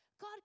God